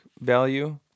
value